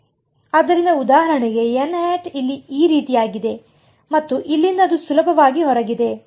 ಆದ್ದರಿಂದ ಉದಾಹರಣೆಗೆ ಇಲ್ಲಿ ಈ ರೀತಿಯಾಗಿದೆ ಮತ್ತು ಇಲ್ಲಿಂದ ಅದು ಸುಲಭವಾಗಿ ಹೊರಗಿದೆ